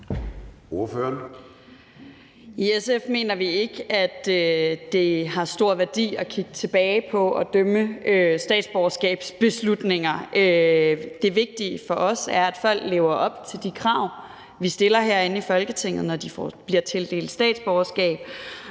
I SF mener vi ikke, at det har stor værdi at kigge tilbage på og dømme statsborgerskabsbeslutninger. Det vigtige for os er, at folk lever op til de krav, vi stiller herinde i Folketinget, når de bliver tildelt statsborgerskab,